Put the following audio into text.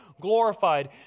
glorified